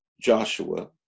Joshua